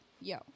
yo